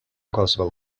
qualsevol